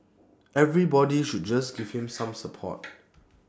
everybody should just give him some support